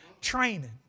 training